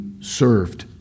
served